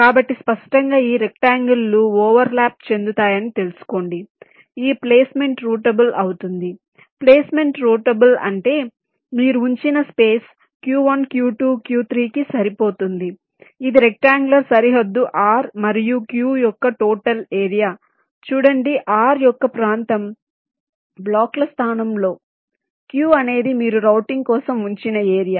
కాబట్టి స్పష్టంగా రెండు రెక్ట్అంగెల్ లు ఓవర్లాప్ చెందుతాయని తెలుసుకోండి ఈ ప్లేస్మెంట్ రూటబుల్ అవుతుంది ప్లేస్మెంట్ రౌటబుల్ అంటే మీరు ఉంచిన స్పేస్ Q1 Q2 Q3 కి సరిపోతుంది ఇది రెక్ట్అంగెల్ సరిహద్దు R మరియు Q యొక్క టోటల్ ఏరియా చూడండి R యొక్క ప్రాంతం బ్లాక్ల స్థానంలో Q అనేది మీరు రౌటింగ్ కోసం ఉంచిన ఏరియా